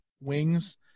wings